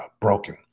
broken